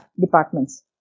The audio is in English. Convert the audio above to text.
departments